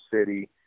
City